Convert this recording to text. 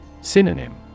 Synonym